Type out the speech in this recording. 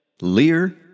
Lear